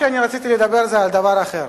רציתי לדבר על דבר אחר.